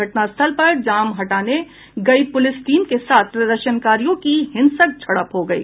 घटना स्थल पर जाम हटाने गयी पुलिस टीम के साथ प्रदर्शनकारियों की हिंसक झड़प हो गयी